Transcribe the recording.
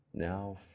Now